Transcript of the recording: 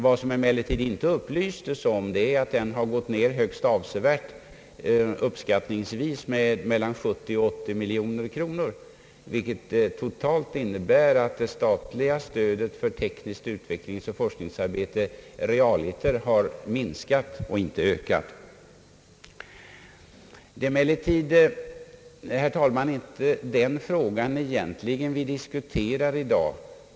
Vad man emellertid inte upplyste om var att den har gått ned högst avsevärt, uppskattningsvis med mellan 70 och 80 miljoner kronor, vilket totalt innebär att det statliga stödet till tekniskt utvecklingsoch forskningsarbete realiter har minskat och inte ökat. Det är emellertid, herr talman, egentligen inte den frågan som vi i dag diskuterar.